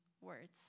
words